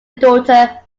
daughter